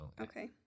Okay